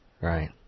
right